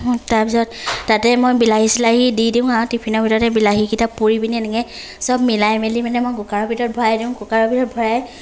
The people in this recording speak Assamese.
তাৰপিছত তাতে মই বিলাহী চিলাহী দি দিওঁ আৰু টিফিনৰ ভিতৰতে বিলাহীকেইটা পুৰি পিনে এনেকে চব মিলাই মেলি মানে মই কুকাৰৰ ভিতৰত ভৰাই দিওঁ কুকাৰৰ ভিতৰত ভৰাই